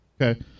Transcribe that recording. okay